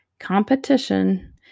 Competition